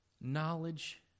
knowledge